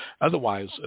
otherwise